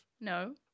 No